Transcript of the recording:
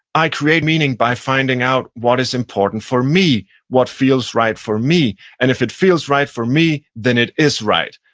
i create meaning by finding out what is important for me, what feels right for me. and if it feels right for me, then it is right,